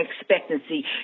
expectancy